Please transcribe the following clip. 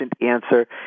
answer